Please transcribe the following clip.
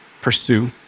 pursue